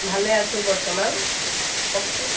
ভালে আছোঁ বৰ্তমান কওকচোন